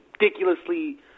ridiculously